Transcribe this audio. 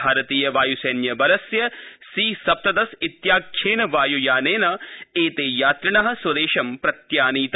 भारतीय वाय्सैन्यबलस्य सी सप्तदश इत्याख्येन वाय्यानेन एते यात्रिण स्वदेशं प्रत्यानीता